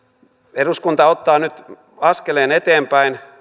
eduskunta ottaa nyt askeleen eteenpäin